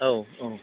औ औ